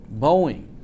Boeing